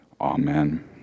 amen